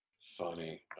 Funny